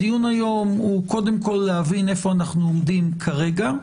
הדיון היום הוא קודם כל להבין איפה אנחנו עומדים כרגע,